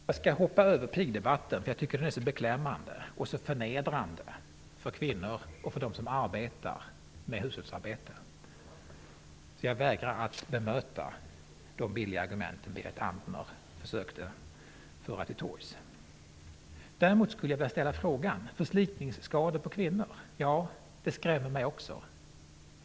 Jag skall hoppa över pigdebatten eftersom jag tycker att den är så beklämmande och förnedrande för kvinnor och för dem som arbetar med hushållsarbete. Jag vägrar att bemöta de billiga argument Berit Andnor försökte föra till torgs. Däremot vill jag ställa en fråga angående förslitningsskador hos kvinnor. Ja, detta skrämmer mig också.